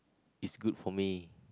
it's good for me